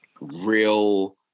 real